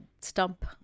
stump